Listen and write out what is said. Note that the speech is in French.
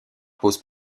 pose